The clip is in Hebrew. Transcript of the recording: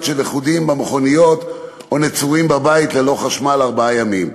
של לכודים במכוניות או נצורים בבית ללא חשמל ארבעה ימים.